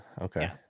Okay